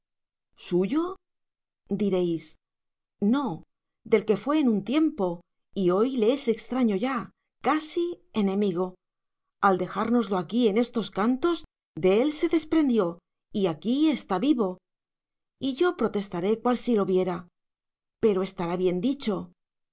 suyo diréis no del que fué en un tiempo y hoy le es extraño ya casi enemigo al dejárnoslo aquí en estos cantos de él se desprendió y aquí está vivo y yo protestaré cual si lo viera pero estará bien dicho